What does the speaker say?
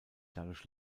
dadurch